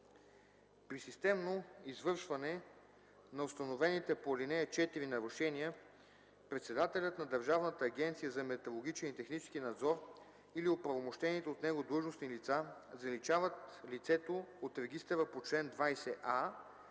При системно извършване на установените по ал. 4 нарушения председателят на Държавната агенция за метрологичен и технически надзор или оправомощените от него длъжностни лица заличават лицето от регистъра по чл. 20а